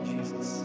Jesus